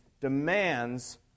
demands